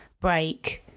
break